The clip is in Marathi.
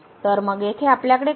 तर तर मग येथे आपल्याकडे काय आहे